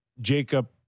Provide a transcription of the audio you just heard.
Jacob